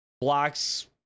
blocks